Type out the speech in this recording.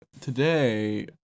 today